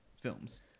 films